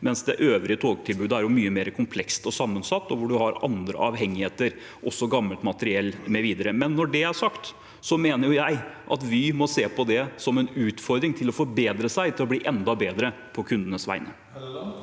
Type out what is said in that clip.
mens det øvrige togtilbudet er mye mer komplekst og sammensatt, og der har en andre avhengigheter, også gammelt materiell mv. Når det er sagt, mener jeg at Vy må se på det som en utfordring til å forbedre seg, til å bli enda bedre på kundenes vegne.